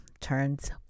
turns